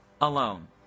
Alone